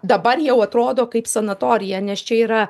dabar jau atrodo kaip sanatorija nes čia yra